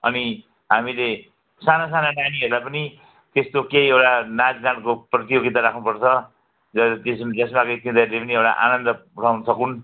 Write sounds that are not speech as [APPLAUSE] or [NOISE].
अनि हामीले साना साना नानीहरूलाई पनि त्यस्तो केही एउटा नाचगानको प्रतियोगिता राख्नुपर्छ जसले [UNINTELLIGIBLE] सबै केटाकेटी पनि एउटा आनन्द उठाउन सकून्